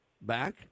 back